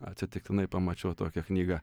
atsitiktinai pamačiau tokią knygą